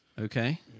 Okay